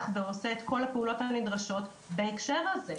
ועושה את כל הפעולות הנדרשות בהקשר הזה.